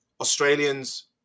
Australians